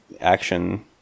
Action